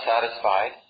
satisfied